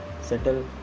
settle